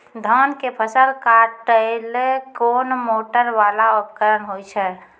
धान के फसल काटैले कोन मोटरवाला उपकरण होय छै?